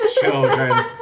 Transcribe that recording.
children